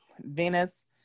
Venus